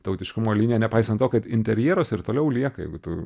tautiškumo linija nepaisant to kad interjeruos ir toliau lieka jeigu tu